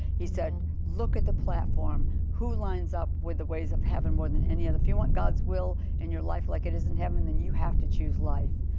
he said look at the platform who lines up with the ways of heaven, more than any other. if you want god's will in your life like it is in heaven. you have to choose life,